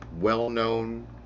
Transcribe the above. well-known